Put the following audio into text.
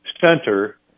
center